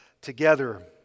together